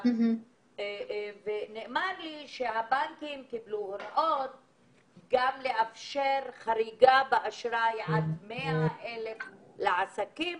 נאמר לי שהבנקים קיבלו הוראה לאפשר חריגה באשראי של עד 100,000 לעסקים